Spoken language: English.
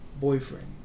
boyfriend